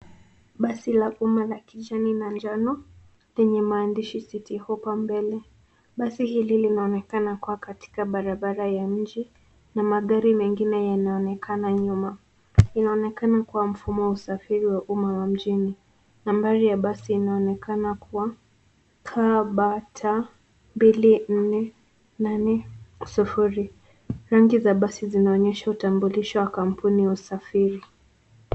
Basi la umma la kijani na njano lenye maandishi Citi Hoppa hapo mbele. Basi hii inaonekana kuwa kati barabara ya mji na magari mengine yanaonekana nyuma. Inaonekana kuwa mfumo wa usafiri wa umma wa mjini. Nambari ya basi inaonekana kuwa KBT 248O. Rangi za basi zinaonyesha utambulisho wa kampuni ya usafri.